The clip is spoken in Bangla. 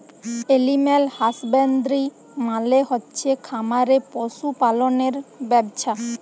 এলিম্যাল হসবান্দ্রি মালে হচ্ছে খামারে পশু পাললের ব্যবছা